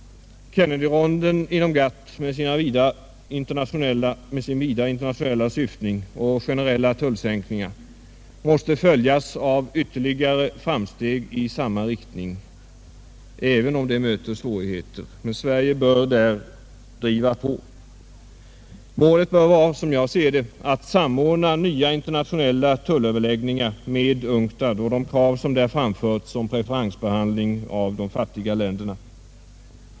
Kennedyronden inom GATT med sin vida internationella syftning och sina generella tullsänkningar måste följas av ytterligare framsteg i samma riktning, även om det möter svårigheter. Sverige bör där driva på. Målet bör, som jag ser det, vara att samordna nya internationella tullöverläggningar med UNCTAD och de krav som där framförts om preferensbehandling av de fattiga länderna.